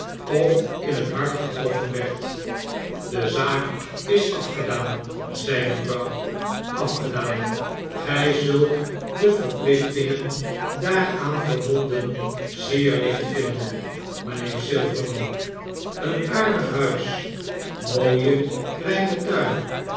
of in het hart getroffen werd de zaak is afgedaan zei mevrouw afgedaan gy zult de verplichtingen daaraan verbonden zeer licht vinden mynheer silverman een aardig huis mooie kleine tuin